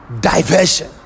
diversion